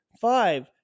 Five